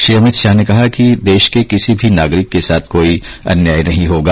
श्री अमित शाह ने कहा कि देश के किसी भी नागरिक के साथ कोई अन्याय नहीं होगा